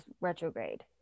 retrograde